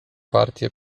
partię